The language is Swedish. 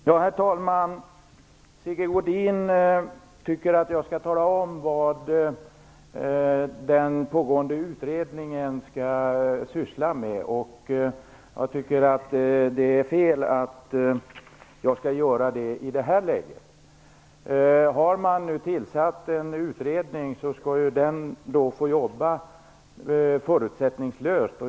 Herr talman! Sigge Godin tycker att jag skall tala om vad den pågående utredningen skall syssla med. Jag tycker att det vore fel att göra det i det här läget. Har man tillsatt en utredning, skall den få jobba förutsättningslöst.